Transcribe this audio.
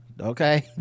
okay